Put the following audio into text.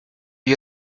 you